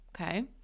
Okay